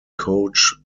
coach